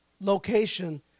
location